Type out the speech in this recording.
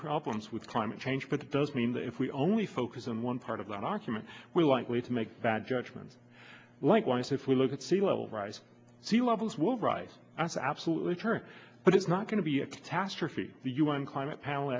problems with climate change but it does mean that if we only focus on one part of the argument we like way to make bad judgments likewise if we look at sea level rise sea levels will rise that's absolutely true but it's not going to be a catastrophe the u n climate pa